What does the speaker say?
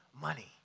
money